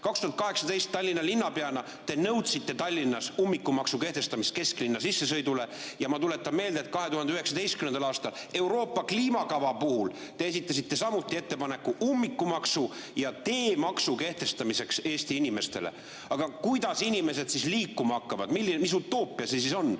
Tallinna linnapeana te nõudsite Tallinnas ummikumaksu kehtestamist kesklinna sissesõidule. Ja ma tuletan meelde, et 2019. aastal Euroopa kliimakava puhul te esitasite samuti ettepaneku ummikumaksu ja teemaksu kehtestamiseks Eesti inimestele. Aga kuidas inimesed siis liikuma hakkavad? Mis utoopia see on